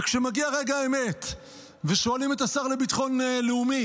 כשמגיע רגע האמת ושואלים את השר לביטחון לאומי